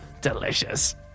Delicious